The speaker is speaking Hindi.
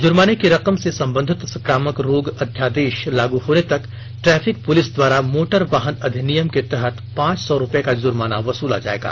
जुर्माने की रकम से संबंधित संक्रामक रोग अध्यादेश लागू होने तक ट्रैफिक पुलिस द्वारा मोटर वाहन अधिनियम के तहत पांच सौ रुपये का जुर्माना वसूला जायेगा